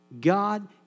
God